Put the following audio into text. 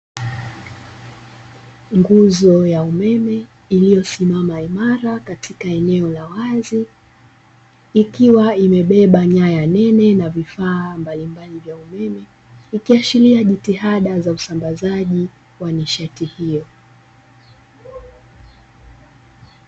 Nguzo ya umeme iliyosimama imara katika eneo la wazi, ikiwa imebeba nyaya nene na vifaa mbalimbali vya umeme, ikiashiria jitihada za usambazaji wa nishati hiyo.